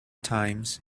times